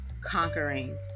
Conquering